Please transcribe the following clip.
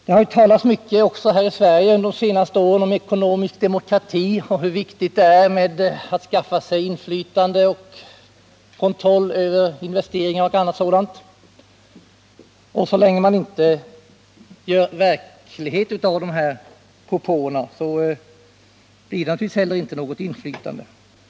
Det har talats mycket också här i Sverige under de senaste åren om ekonomisk demokrati och hur viktigt det är att skaffa sig inflytande och kontroll över investeringar och annat. Men så länge vi inte gör verklighet av de propåerna blir det naturligtvis inte något inflytande.